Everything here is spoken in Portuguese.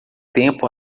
tempo